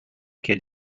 quel